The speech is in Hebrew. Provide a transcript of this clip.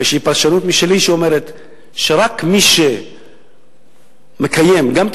יש פרשנות משלי שאומרת שרק מי שמקיים גם את